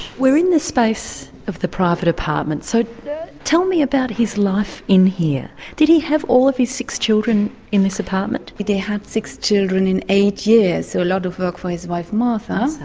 we're in the space of the private apartments, so tell me about his life in here did he have all of his six children in this apartment? they had six children in eight years. so a lot of work for his wife martha.